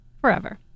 forever